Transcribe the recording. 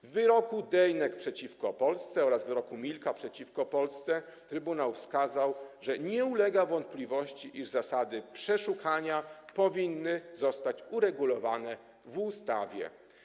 W wyroku w sprawie Dejnek przeciwko Polsce oraz wyroku w sprawie Milka przeciwko Polsce Trybunał wskazał, że nie ulega wątpliwości, iż zasady przeszukania powinny zostać uregulowane w ustawie.